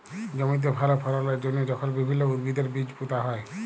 জমিতে ভাল ফললের জ্যনহে যখল বিভিল্ল্য উদ্ভিদের বীজ পুঁতা হ্যয়